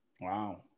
Wow